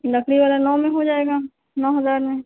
लकड़ी वाला नौ में हो जाएगा नौ हज़ार में